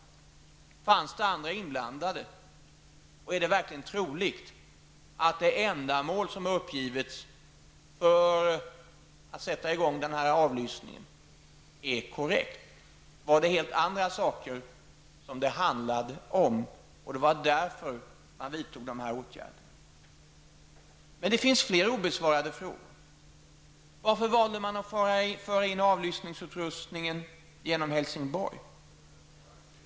Fanns det andra inblandade? Och är det verkligen troligt att det ändamål som uppgivits för att sätta i gång den här avlyssningen är korrekt? Var det helt andra saker som det handlade om, och det var därför man vidtog de här åtgärderna? Men det finns fler obesvarade frågor. Varför valde man att föra in utrustningen genom Helsingborg?